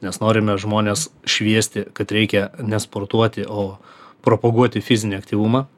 nes norime žmones šviesti kad reikia ne sportuoti o propaguoti fizinį aktyvumą